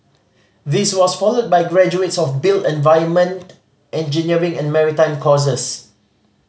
this was followed by graduates of built environment engineering and maritime courses